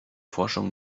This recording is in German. forschung